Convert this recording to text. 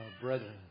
Brethren